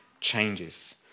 changes